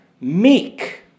meek